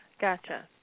Gotcha